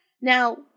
Now